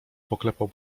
poklepał